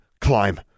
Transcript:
Climb